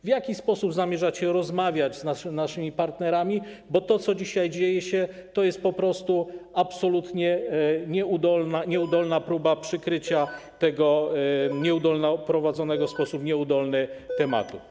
W jaki sposób zamierzacie rozmawiać z naszymi partnerami, bo to, co się dzisiaj dzieje, to jest po prostu absolutnie nieudolna próba przykrycia tego prowadzonego w sposób nieudolny tematu.